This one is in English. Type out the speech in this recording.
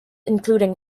include